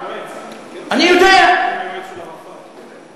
יועץ של ערפאת.